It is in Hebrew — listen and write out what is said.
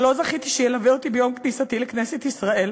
שלא זכיתי שילווה אותי ביום כניסתי לכנסת ישראל,